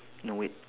no wait